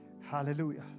Hallelujah